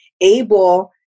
able